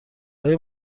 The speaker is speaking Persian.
آیا